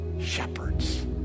shepherds